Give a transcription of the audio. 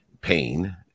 pain